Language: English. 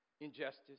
injustice